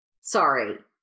Sorry